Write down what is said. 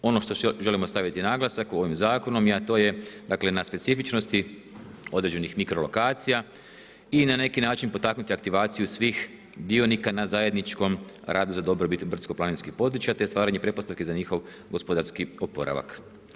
Ono na što želimo staviti naglasak ovim zakonom a to je dakle na specifičnosti određenih mikrolokacija i na neki način potaknuti aktivaciju svih dionika na zajedničkom radu za dobrobit brdsko-planinskih područja te stvaranje pretpostavke za njihov gospodarski oporavak.